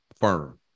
firm